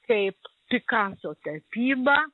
kaip pikaso tapyba